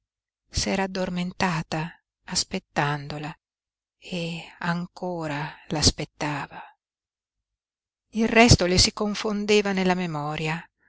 s'era addormentata aspettandola e ancora l'aspettava il resto le si confondeva nella memoria